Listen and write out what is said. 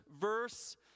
verse